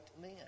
men